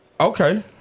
Okay